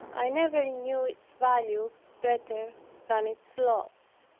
i never knew its value better than its loss.